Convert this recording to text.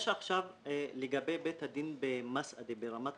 יש עכשיו לגבי בית הדין במסעדה ברמת